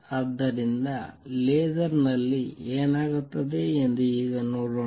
ಆದ್ದರಿಂದ ಲೇಸರ್ ನಲ್ಲಿ ಏನಾಗುತ್ತದೆ ಎಂದು ಈಗ ನೋಡೋಣ